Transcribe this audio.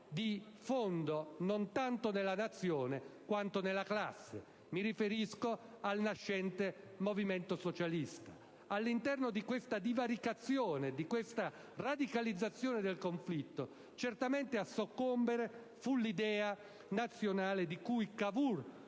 di fondo non tanto nella nazione quanto nella classe; mi riferisco al nascente movimento socialista. All'interno di questa divaricazione e di questa radicalizzazione del conflitto, certamente a soccombere fu l'idea nazionale di cui Cavour,